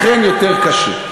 אכן, יותר קשה.